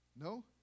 No